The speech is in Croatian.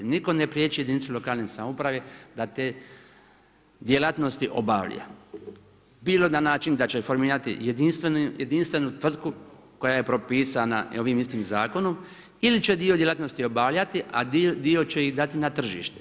Nitko ne priječi jedinicu lokalne samouprave da te djelatnosti obavlja bilo na način da će formirati jedinstvenu tvrtku koja je propisana ovim istim zakonom ili će dio djelatnosti obavljati a dio će ih dati na tržište.